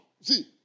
See